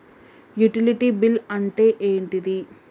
Utility bill అంటే ఏంటిది?